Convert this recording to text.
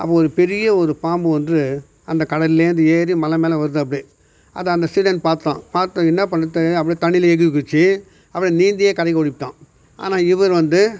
அப்போ ஒரு பெரிய ஒரு பாம்பு ஒன்று அந்த கடல்லேருந்து ஏறி மலை மேலே வருது அப்படியே அதை அந்த சீடன் பார்த்தான் பார்த்து என்ன பண்ணுகிறது தெரியாம அப்படியே தண்ணியில் எகிறி குதித்து அப்புறம் நீந்தியே கரைக்கு ஓடி விட்டான் ஆனால் இவர் வந்து